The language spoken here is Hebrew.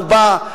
הוא בא,